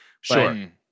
Sure